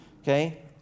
Okay